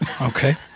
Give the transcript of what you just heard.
Okay